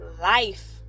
life